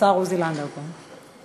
השר עוזי לנדאו כאן.